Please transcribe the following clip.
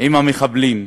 עם המחבלים,